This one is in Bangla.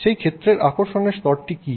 সেই ক্ষেত্রের আকর্ষণের স্তরটি কী